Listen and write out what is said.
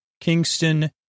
Kingston